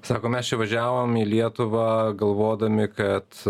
sako mes čia važiavom į lietuvą galvodami kad